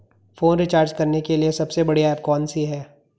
Phone recharge करने के लिए सबसे बढ़िया ऐप कौन सी है?